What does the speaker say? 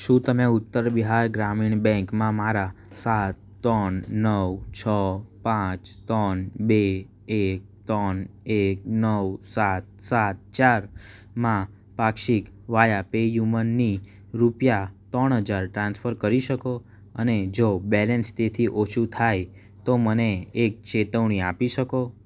શું તમે ઉત્તર બિહાર ગ્રામીણ બેંકમાં મારા સાત ત્રણ નવ છ પાંચ ત્રણ બે એક ત્રણ એક નવ સાત સાત ચાર માં પાક્ષિક વાયા પેયુમની રૂપિયા ત્રણ હજાર ટ્રાન્સફર કરી શકો અને જો બેલેન્સ તેથી ઓછું થાય તો મને એક ચેતવણી આપી શકો